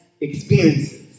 experiences